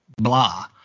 blah